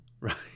right